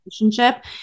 relationship